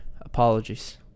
apologies